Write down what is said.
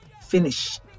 finish